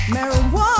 Marijuana